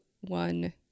one